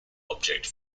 object